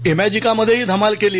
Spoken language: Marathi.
इमॅजिका मध्येही धमाल केली